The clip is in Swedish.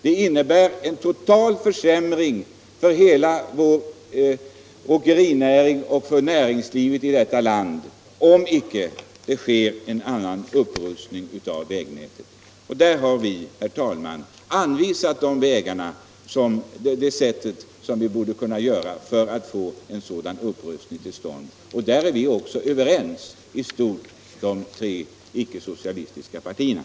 Det innebär en total försämring för hela vår åkerinäring och för näringslivet som helhet i detta land, om det icke sker en annan upprustning av vägnätet. Där har vi, herr talman, anvisat hur en sådan upprustning borde kunna komma till stånd, och där är vi även överens i stort inom de tre icke-socialistiska partierna.